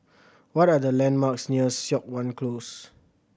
what are the landmarks near Siok Wan Close